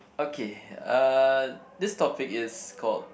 okay uh this topic is called